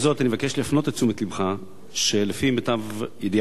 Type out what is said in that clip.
אני מבקש להפנות את תשומת לבך שלפי מיטב ידיעתי,